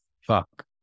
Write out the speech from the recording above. fuck